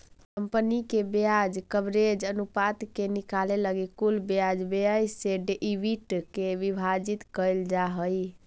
company के ब्याज coverage अनुपात के निकाले लगी कुल ब्याज व्यय से ईबिट के विभाजित कईल जा हई